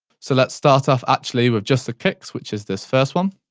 so let's start off actually with just the kicks, which is this first one,